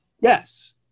Yes